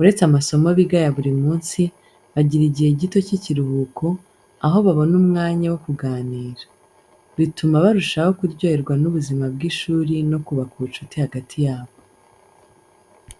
Uretse amasomo biga ya buri munsi, bagira igihe gito cy'ikiruhuko, aho babona umwanya wo kuganira. Bituma barushaho kuryoherwa n'ubuzima bw'ishuri no kubaka ubucuti hagati yabo.